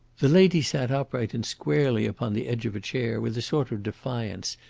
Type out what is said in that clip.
the lady sat upright and squarely upon the edge of a chair, with a sort of defiance,